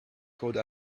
code